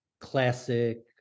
classic